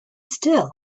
still